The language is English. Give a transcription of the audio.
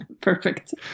Perfect